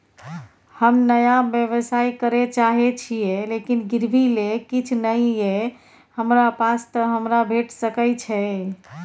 हम नया व्यवसाय करै चाहे छिये लेकिन गिरवी ले किछ नय ये हमरा पास त हमरा भेट सकै छै?